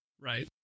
Right